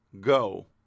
go